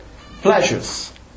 Pleasures